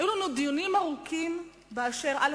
היו לנו דיונים ארוכים, א.